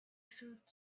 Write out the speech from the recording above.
should